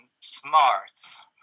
smarts